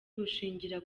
bushingira